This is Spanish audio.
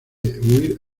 huir